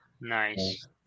Nice